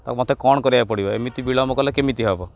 ତାକୁ ମୋତେ କ'ଣ କରିବାକୁ ପଡ଼ିବ ଏମିତି ବିଳମ୍ବ କଲେ କେମିତି ହବ